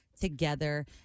together